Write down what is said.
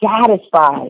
satisfied